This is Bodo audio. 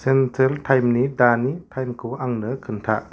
सेन्ट्रेल टाइमनि दानि टाइमखौ आंनो खोन्था